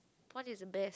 what is best